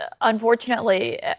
unfortunately